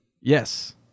Yes